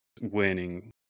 winning